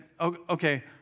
okay